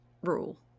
rule